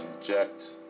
inject